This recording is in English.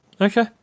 Okay